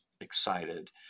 excited